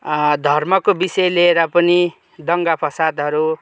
धर्मको विषय लिएर पनि दङ्गा फसादहरू